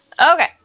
Okay